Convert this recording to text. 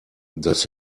das